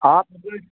आप अगर